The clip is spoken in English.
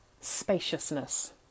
spaciousness